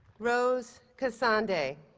rose kasande,